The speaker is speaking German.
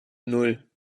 nan